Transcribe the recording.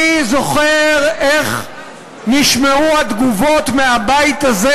אני זוכר איך נשמעו התגובות מהבית הזה